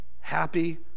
happy